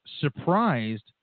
surprised